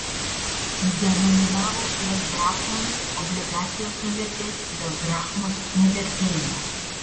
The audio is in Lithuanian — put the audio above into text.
denominavus jas drachmomis obligacijos nuvertės dėl drachmos nuvertėjimo